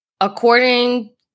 According